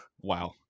Wow